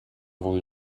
wohl